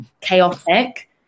chaotic